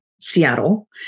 Seattle